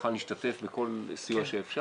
מוכן להשתתף בכל סיוע שאפשר,